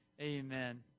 Amen